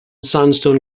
sandstone